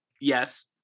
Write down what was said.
Yes